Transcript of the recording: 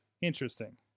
interesting